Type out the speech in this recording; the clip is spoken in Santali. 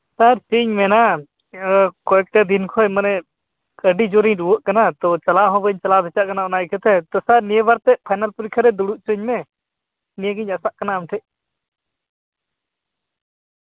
ᱥᱟᱨ ᱪᱮᱫ ᱤᱧ ᱢᱮᱱᱟ ᱮᱵᱟᱨ ᱠᱚᱭᱮᱠᱴᱟ ᱫᱤᱱ ᱠᱷᱚᱱ ᱢᱟᱱᱮ ᱟᱹᱰᱤ ᱡᱳᱨᱤᱧ ᱨᱩᱣᱟᱹᱜ ᱠᱟᱱᱟ ᱛᱚ ᱪᱟᱞᱟᱜ ᱦᱚᱸ ᱵᱟᱹᱧ ᱪᱟᱞᱟᱣ ᱫᱟᱲᱮᱭᱟᱜ ᱠᱟᱱᱟ ᱚᱱᱟ ᱟᱹᱭᱠᱟᱹᱛᱮ ᱛᱚ ᱥᱟᱨ ᱱᱤᱭᱟᱹ ᱵᱟᱨ ᱛᱮᱫ ᱯᱷᱟᱭᱱᱮᱞ ᱯᱚᱨᱤᱠᱠᱷᱟ ᱨᱮ ᱫᱩᱲᱩᱵ ᱦᱚᱪᱚᱣᱟᱹᱧ ᱢᱮ ᱱᱤᱭᱟᱹᱜᱤᱧ ᱟᱥᱟᱜ ᱠᱟᱱᱟ ᱟᱢ ᱴᱷᱮᱱ